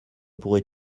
pourrais